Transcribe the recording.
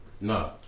no